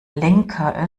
lenker